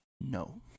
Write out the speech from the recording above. No